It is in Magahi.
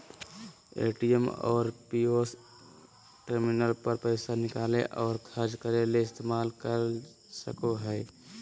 ए.टी.एम और पी.ओ.एस टर्मिनल पर पैसा निकालय और ख़र्चा करय ले इस्तेमाल कर सकय हइ